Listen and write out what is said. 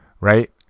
Right